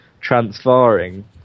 transferring